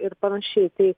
ir panašiai tai